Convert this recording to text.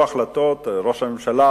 ראש הממשלה,